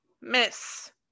Miss